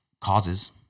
causes